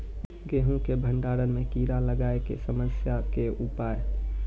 गेहूँ के भंडारण मे कीड़ा लागय के समस्या के उपाय?